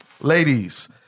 Ladies